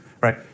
right